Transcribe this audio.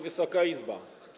Wysoka Izbo!